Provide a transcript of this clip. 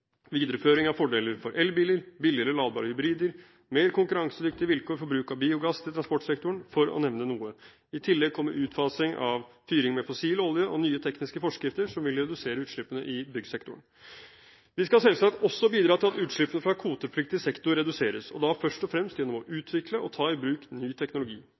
videreføring av fordeler for elbiler, billigere ladbare hybrider, mer konkurransedyktige vilkår for bruk av biogass til transportsektoren, for å nevne noe. I tillegg kommer utfasing av fyring med fossil olje og nye tekniske forskrifter som vil redusere utslippene i byggsektoren. Vi skal selvsagt også bidra til at utslippene fra kvotepliktig sektor reduseres, og da først og fremst gjennom å utvikle og ta i bruk ny teknologi.